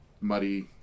muddy